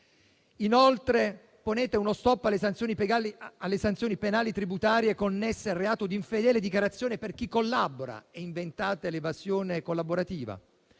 Inoltre, ponete uno *stop* alle sanzioni penali tributarie connesse al reato di infedele dichiarazione per chi collabora e inventate l'evasione collaborativa.